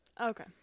Okay